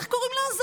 איך קוראים לה,